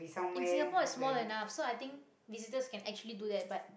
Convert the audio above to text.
in singapore is small enough so i think visitors can actually do that but